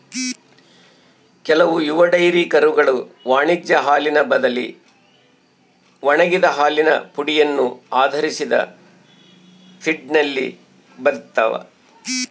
ಕೆಲವು ಯುವ ಡೈರಿ ಕರುಗಳು ವಾಣಿಜ್ಯ ಹಾಲಿನ ಬದಲಿ ಒಣಗಿದ ಹಾಲಿನ ಪುಡಿಯನ್ನು ಆಧರಿಸಿದ ಫೀಡ್ನಲ್ಲಿ ಬದುಕ್ತವ